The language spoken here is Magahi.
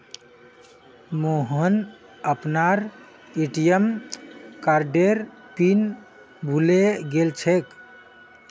मोहन अपनार ए.टी.एम कार्डेर पिन भूले गेलछेक